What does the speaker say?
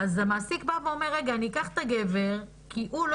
המעסיק בא ואומר: אני אקח את הגבר כי הוא לא